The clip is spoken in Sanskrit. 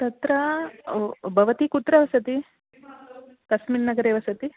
तत्र भवती कुत्र वसति कस्मिन् नगरे वसति